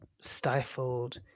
stifled